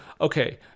okay